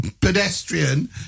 pedestrian